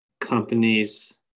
companies